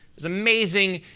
was amazing.